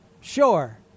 Sure